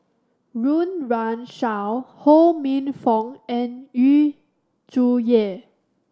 Run Run Shaw Ho Minfong and Yu Zhuye